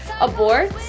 Abort